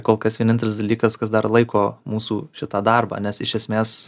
kol kas vienintelis dalykas kas dar laiko mūsų šitą darbą nes iš esmės